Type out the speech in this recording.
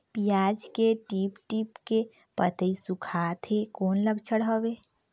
पियाज के टीप टीप के पतई सुखात हे कौन लक्षण हवे?